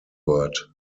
word